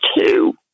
two